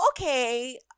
okay